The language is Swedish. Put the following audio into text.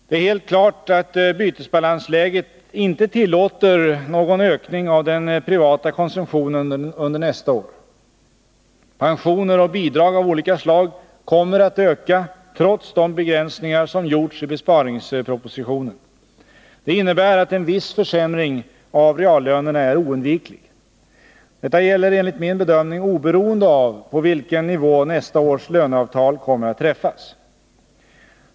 Det är helt klart att bytesbalansläget inte tillåter någon ökning av den privata konsumtionen under nästa år. Pensioner och bidrag av olika slag kommer att öka trots de begränsningar som gjorts i besparingspropositionen. Det innebär att en viss försämring av reallönerna är oundviklig. Detta gäller enligt min bedömning oberoende av på vilken nivå nästa års löneavtal kommer att träffas.